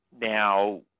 Now